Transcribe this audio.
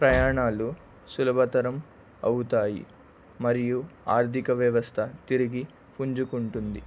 ప్రయాణాలు సులభతరం అవుతాయి మరియు ఆర్థిక వ్యవస్థ తిరిగి పుంజుకుంటుంది